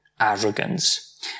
arrogance